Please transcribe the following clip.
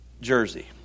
jersey